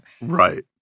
Right